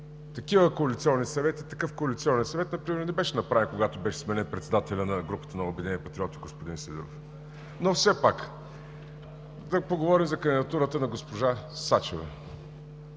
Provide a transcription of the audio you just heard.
тях – не нещо друго. Такъв коалиционен съвет например не беше направен, когато беше сменен председателят на групата на „Обединени патриоти“ господин Сидеров. Все пак да поговорим за кандидатурата на госпожа Сачева.